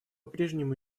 прежнему